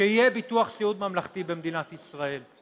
שיהיה ביטוח סיעוד ממלכתי במדינת ישראל.